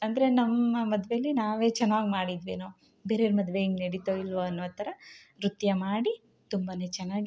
ಅಂದರೆ ನಮ್ಮ ಮದುವೇಲಿ ನಾವೇ ಚೆನ್ನಾಗ್ ಮಾಡಿದ್ವೆನೋ ಬೇರಯೋರ್ ಮದುವೆ ಹೆಂಗೆ ನಡಿತೋ ಇಲ್ವೋ ಅನ್ನೋ ಥರ ನೃತ್ಯ ಮಾಡಿ ತುಂಬಾ ಚೆನ್ನಾಗಿ